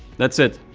that's it.